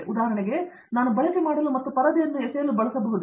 ಉದಾಹರಣೆಗಾಗಿ ನಾನು ಬಳಕೆ ಮಾಡಲು ಮತ್ತು ಪರದೆಯನ್ನು ಎಸೆಯಲು ಬಳಸಬಹುದೇ